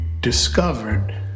discovered